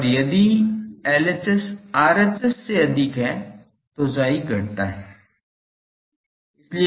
और यदि LHS RHS से अधिक है तो chi घटता है